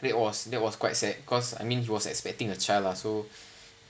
that was that was quite sad because I mean he was expecting a child lah so